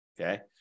okay